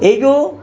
এইটো